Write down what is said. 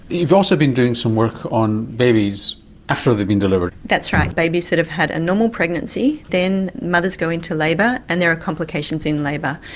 you've also been doing some work on babies after they've been delivered. that's right, babies that have had a normal pregnancy, then mothers go into labour and there are complications in labour.